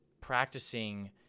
practicing